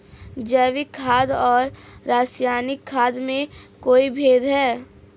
जैविक खाद और रासायनिक खाद में कोई भेद है?